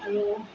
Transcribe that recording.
আৰু